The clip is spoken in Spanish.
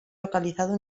localizado